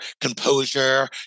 composure